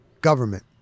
government